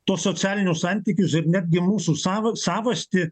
tuos socialinius santykius ir netgi mūsų savą savastį